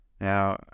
Now